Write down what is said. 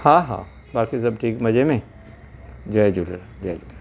हा हा बाक़ी सभु ठीकु मज़े में जय झूलेलाल जय झूलेलाल